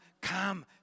come